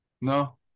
No